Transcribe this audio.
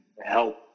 help